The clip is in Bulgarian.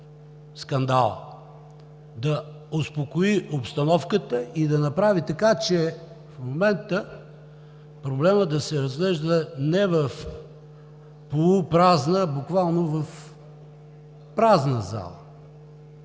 скандала, да успокои обстановката и да направи така, че в момента проблемът да се разглежда не в полупразна, а буквално в празна зала.